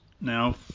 now